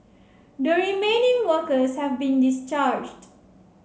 the remaining workers have been discharged